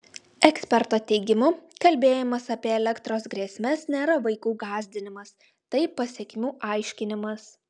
eksperto teigimu kalbėjimas apie elektros grėsmes nėra vaikų gąsdinimas tai pasekmių aiškinimas